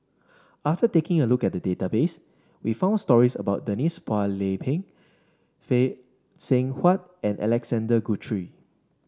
after taking a look at the database we found stories about Denise Phua Lay Peng Phay Seng Whatt and Alexander Guthrie